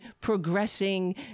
progressing